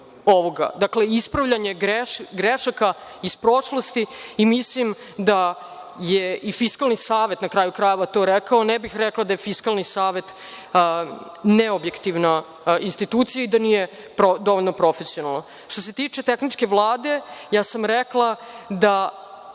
ovoga. Dakle, ispravljanje grešaka iz prošlosti, a mislim da je i Fiskalni savet to rekao, a ne bi rekla da je Fiskalni savet neobjektivna institucija i da nije dovoljno profesionalan. Što se tiče tehničke Vlade, ja sam rekla da